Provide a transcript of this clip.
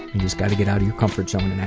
you just gotta get out of your comfort zone